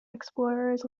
explorers